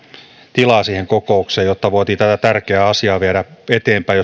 tilaa siihen kokoukseen jotta voitiin tätä tärkeää asiaa viedä eteenpäin